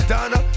Donna